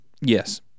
Yes